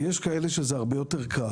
יש כאלה שעבורם זה הרבה יותר קל.